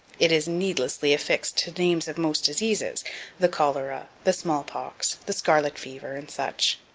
it is needlessly affixed to names of most diseases the cholera, the smallpox, the scarlet fever, and such.